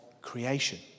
creation